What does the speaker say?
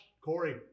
Corey